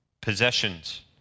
possessions